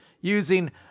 using